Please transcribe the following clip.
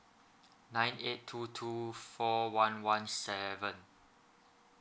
nine eight two two four one one seven